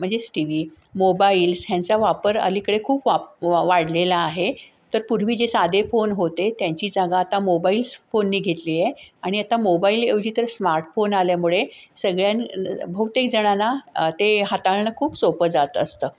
म्हणजेच T V mobiles ह्यांचा वापर अलीकडे खूप वाप वा वाढलेला आहे तर पूर्वी जे साधे फोन होते त्यांची जागा आता मोबाईल्स फोननी घेतली आहे आणि आता मोबाईल ऐवजी तर स्मार्टफोन आल्यामुळे सगळ्यां बहुतेक जणांना ते हाताळणं खूप सोपं जात असतं